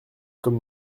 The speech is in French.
comme